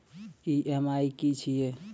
EMI की छिये?